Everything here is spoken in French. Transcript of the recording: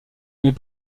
mais